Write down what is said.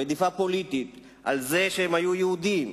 רדיפה פוליטית על זה שהם היו יהודים,